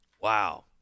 Wow